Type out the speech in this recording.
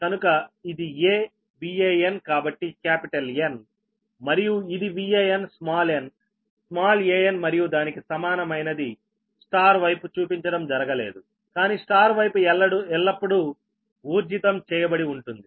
కనుక ఇది AVAN కాబట్టి క్యాపిటల్ N మరియు ఇది Van స్మాల్ nస్మాల్ an మరియు దానికి సమానమైనది Y వైపు చూపించడం జరగలేదు కానీY వైపు ఎల్లప్పుడూ ఊర్జితం చేయబడి ఉంటుంది